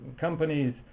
companies